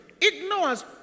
ignores